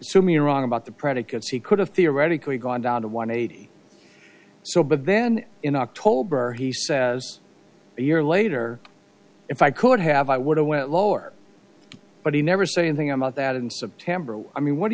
are wrong about the predicates he could have theoretically gone down to one eighty or so but then in october he says a year later if i could have i would have went lower but he never said anything about that in september i mean what do